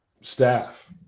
staff